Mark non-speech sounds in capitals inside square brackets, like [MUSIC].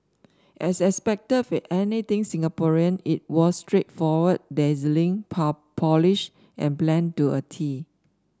as expected with anything Singaporean it was straightforward dazzling [UNINTELLIGIBLE] polished and planned to a tee